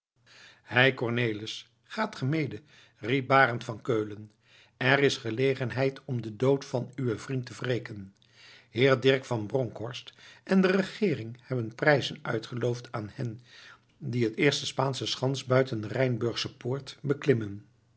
hei cornelis gaat ge mede riep barend van keulen er is gelegenheid om den dood van uwen vriend te wreken heer dirk van bronkhorst en de regeering hebben prijzen uitgeloofd aan hen die het eerst de spaansche schans buiten de rijnsburgsche poort beklimmen